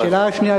והשאלה השנייה,